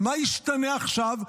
מה ישתנה עכשיו?